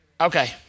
Okay